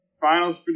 Finals